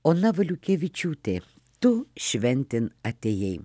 ona valiukevičiūtė tu šventėn atėjai